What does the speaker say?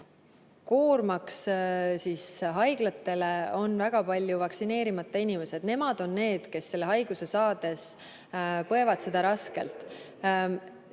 koormaks haiglatele on väga palju vaktsineerimata inimesed. Nemad on need, kes seda haigust saades põevad seda raskelt.